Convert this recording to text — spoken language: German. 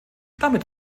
damit